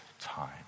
time